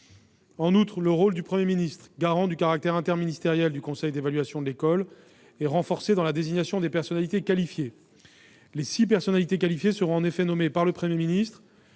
En outre, le rôle du Premier ministre, garant du caractère interministériel du conseil d'évaluation de l'école, est renforcé dans la désignation des personnalités qualifiées. Les six personnalités qualifiées seront en effet nommées par le Premier ministre